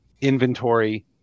inventory